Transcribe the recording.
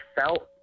felt